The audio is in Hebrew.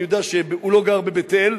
אני יודע שהוא לא גר בבית-אל.